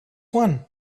one